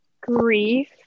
grief